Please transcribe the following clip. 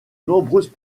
nombreuses